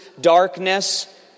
darkness